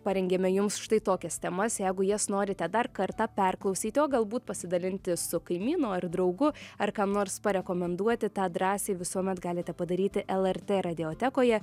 parengėme jums štai tokias temas jeigu jas norite dar kartą perklausyti o galbūt pasidalinti su kaimynu ar draugu ar kam nors parekomenduoti tą drąsiai visuomet galite padaryti lrt radiotekoje